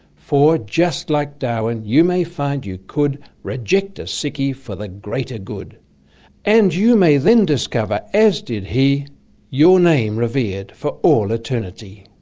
for, just like darwin, you may find you could reject a sickie for the greater good and you may then discover, as did he your name revered for all eternity.